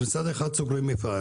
מצד אחד סוגרים מפעל